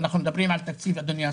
אנחנו מדברים על תקציב אדוני השר,